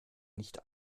nicht